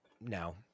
No